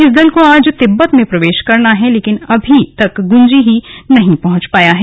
इस दल को आज तिब्बत में प्रवेश करना है लेकिन वह अभी तक गुंजी ही नहीं पहुंच पाया है